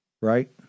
right